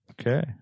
Okay